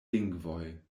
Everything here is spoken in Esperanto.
lingvoj